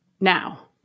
now